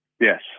Yes